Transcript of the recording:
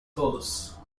force